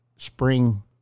Spring